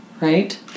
right